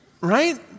right